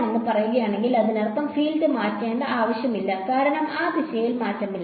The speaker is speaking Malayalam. ആണെന്ന് പറയുകയാണെങ്കിൽ അതിനർത്ഥം ഫീൽഡ് മാറ്റേണ്ട ആവശ്യമില്ല കാരണം ആ ദിശയിൽ മാറ്റമില്ല